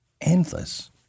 endless